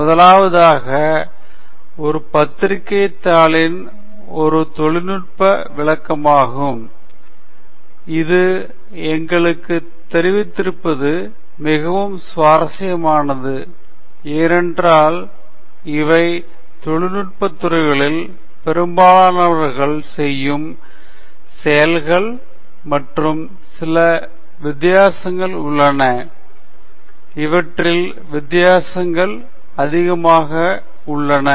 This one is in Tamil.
முதலாவதாக ஒரு பத்திரிகைத் தாளின் ஒரு தொழில்நுட்ப விளக்கமாகும் இது எங்களுக்குத் தெரிந்திருப்பது மிகவும் சுவாரஸ்யமானது ஏனென்றால் இவை தொழில்நுட்ப துறைகளில் பெரும்பாலானவர்கள் செய்யும் செயல்கள் மற்றும் சில வித்தியாசங்கள் உள்ளன இவற்றில் வித்தியாசங்கள் உள்ளன